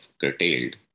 curtailed